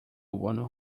one